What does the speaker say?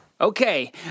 Okay